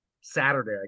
Saturday